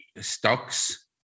stocks